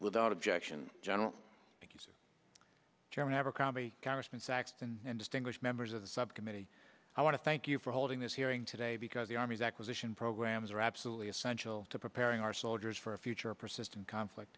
without objection general thank you chairman abercrombie congressman saxton and distinguished members of the subcommittee i want to thank you for holding this hearing today because the army's acquisition programs are absolutely essential to preparing our soldiers for a future persistent conflict